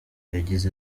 yagize